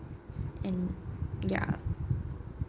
and ya